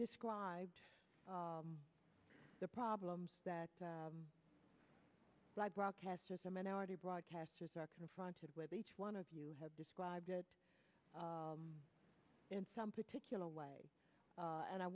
described the problems that live broadcast as a minority broadcasters are confronted with each one of you have described it in some particular way and i